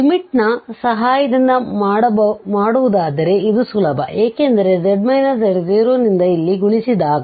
limit ನ limitಸಹಾಯದಿಂದ ಮಾಡುವುದಾದರೆ ಇದು ಸುಲಭ ಏಕೆಂದರೆz z0ನಿಂದ ಇಲ್ಲಿ ಗುಣಿಸಿದಾಗ